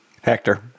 Hector